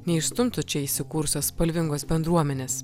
neišstumtų čia įsikūrusios spalvingos bendruomenės